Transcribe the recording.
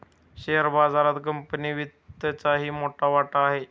share बाजारात company वित्तचाही मोठा वाटा आहे